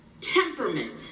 Temperament